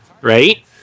Right